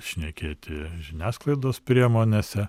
šnekėti žiniasklaidos priemonėse